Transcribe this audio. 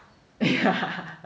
yeah